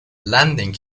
landing